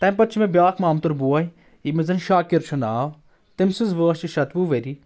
تَمہِ پتہٕ چھُ مےٚ بیاکھ مامتُر بوے ییٚمِس زن شاکِر چھُ ناو تٔمۍ سٕنٛز وٲنٛس چھِ شیٚتوُہ ؤری